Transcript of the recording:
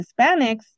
Hispanics